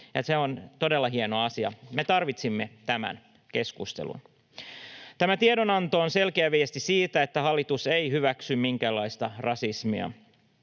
se on todella hieno asia. Me tarvitsimme tämän keskustelun. Tämä tiedonanto on selkeä viesti siitä, että hallitus ei hyväksy minkäänlaista rasismia.